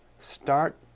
start